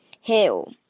hill